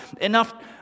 enough